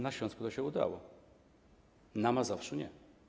Na Śląsku to się udało, na Mazowszu nie.